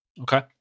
okay